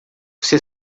você